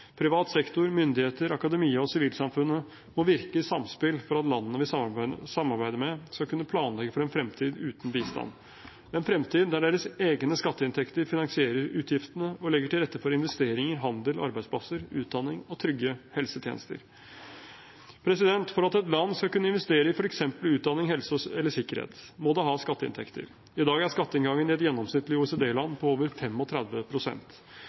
Privat sektor, myndigheter, akademia og sivilsamfunnet må virke i samspill for at landene vi samarbeider med, skal kunne planlegge for en fremtid uten bistand – en fremtid der deres egne skatteinntekter finansierer utgiftene, og legger til rette for investeringer, handel, arbeidsplasser, utdanning og trygge helsetjenester. For at et land skal kunne investere i f.eks. utdanning, helse eller sikkerhet, må det ha skatteinntekter. I dag er skatteinngangen i et gjennomsnittlig OECD-land på over